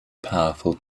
powerful